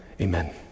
Amen